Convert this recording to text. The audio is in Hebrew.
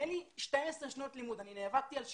אין לי 12 שנות לימוד אני נאבקתי על כך